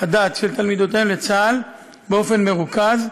הדת של תלמידותיהן לצה"ל באופן מרוכז,